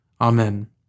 Amen